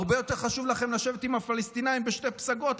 הרבה יותר חשוב לכם לשבת עם הפלסטינים בשתי פסגות,